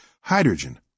hydrogen